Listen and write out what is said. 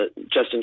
Justin